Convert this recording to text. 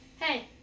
hey